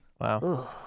Wow